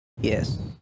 Yes